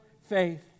faith